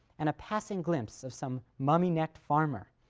and a passing glimpse of some mummy-necked farmer,